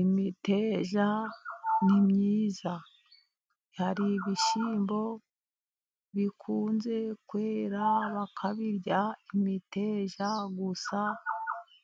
Imiteja ni myiza. Hari ibishyimbo bikunze kwera bakabirya imiteja gusa,